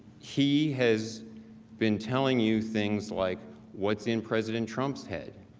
he has been telling you things like what is in president trump's head,